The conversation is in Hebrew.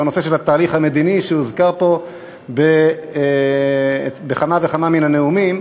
הוא הנושא של התהליך המדיני שהוזכר פה בכמה וכמה מהנאומים.